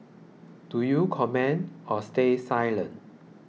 do you comment or stay silent